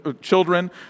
children